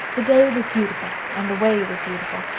the day was beautiful and the way was beautiful.